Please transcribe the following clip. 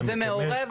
ומעורבת,